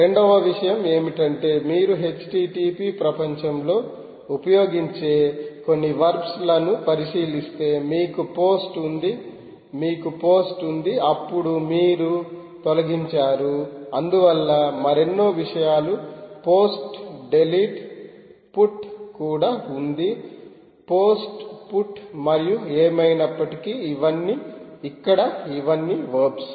రెండవ విషయం ఏమిటంటే మీరు http ప్రపంచంలో ఉపయోగించే కొన్నివర్బస్లను పరిశీలిస్తే మీకు పోస్ట్ ఉంది మీకు పోస్ట్ ఉంది అప్పుడు మీరు తొలగించారు అందువల్ల మరెన్నో విషయాలు పోస్ట్ డిలీట్ పుట్ కూడా ఉంది పోస్ట్ పుట్ మరియు ఏమైనప్పటికీ ఇవన్నీ ఇక్కడ ఇవన్నీ వర్బస్